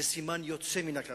זה סימן יוצא מן הכלל,